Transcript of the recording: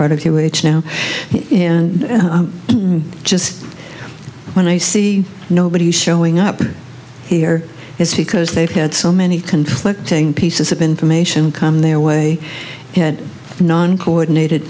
part of he which now and just when i see nobody showing up here is because they've had so many conflicting pieces of information come their way non coordinated